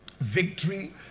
victory